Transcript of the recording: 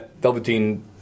Velveteen